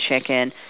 chicken